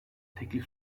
teklif